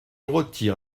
retire